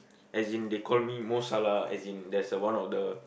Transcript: as in they call me Mo Salah as in there is a one of the